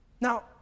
Now